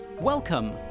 Welcome